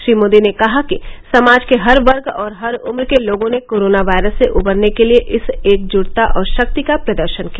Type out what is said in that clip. श्री मोदी ने कहा कि समाज के हर वर्ग और हर उम्र के लोगों ने कोरोना वायरस से उबरने के लिए इस एकजुटता और शक्ति का प्रदर्शन किया